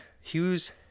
Hughes